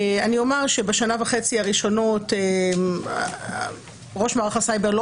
אני אומר שבשנה וחצי הראשונות ראש מערך הסייבר לא